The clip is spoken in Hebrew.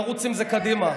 נרוץ עם זה קדימה,